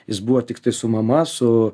jis buvo tiktai su mama su